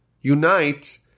unite